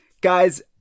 Guys